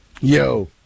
Yo